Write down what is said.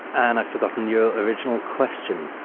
and i've forgotten your original question.